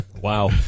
Wow